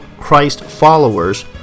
Christ-followers